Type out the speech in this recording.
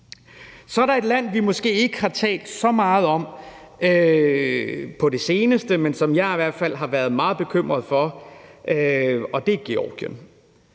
Så er der et land, vi måske ikke har talt så meget om på det seneste, men som jeg i hvert fald har været meget bekymret for, og det er Georgien.